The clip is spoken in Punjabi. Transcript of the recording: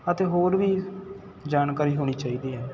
ਅਤੇ ਹੋਰ ਵੀ ਜਾਣਕਾਰੀ ਹੋਣੀ ਚਾਹੀਦੀ ਹੈ